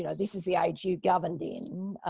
you know this is the age you governed in.